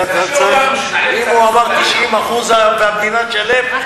אם הוא אמר ש-90% המדינה תשלם,